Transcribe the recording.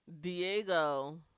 diego